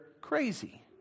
crazy